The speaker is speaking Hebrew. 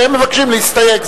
והם מבקשים להסתייג,